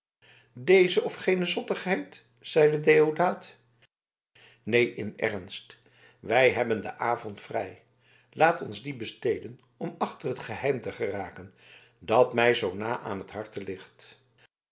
deze of gene zottigheid zeide deodaat neen in ernst wij hebben den avond vrij laat ons dien besteden om achter het geheim te geraken dat mij zoo na aan t harte ligt